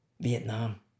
Vietnam